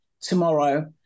tomorrow